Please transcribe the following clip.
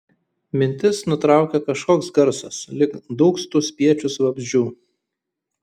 mintis nutraukė kažkoks garsas lyg dūgztų spiečius vabzdžių